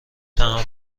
تحمل